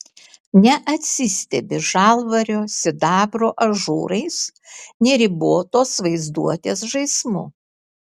neatsistebi žalvario sidabro ažūrais neribotos vaizduotės žaismu